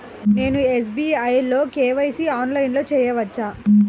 నేను ఎస్.బీ.ఐ లో కే.వై.సి ఆన్లైన్లో చేయవచ్చా?